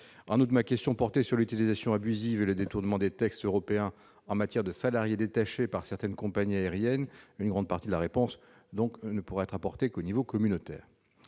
En outre, ma question portant sur l'utilisation abusive et le détournement des textes européens en matière de salariés détachés par certaines compagnies aériennes, une grande partie de la réponse ne pourra être apportée qu'au niveau communautaire.